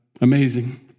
Amazing